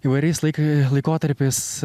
įvairiais laikai laikotarpiais